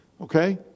Okay